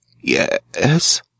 Yes